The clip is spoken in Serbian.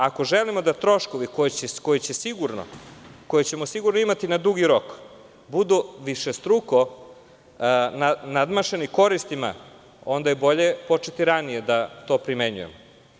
Ako želimo da troškovi koje ćemo sigurno imati na dugi rok, budu višestruko nadmašeni koristima, onda je bolje početi da ranije to primenjujemo.